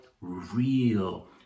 real